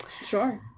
sure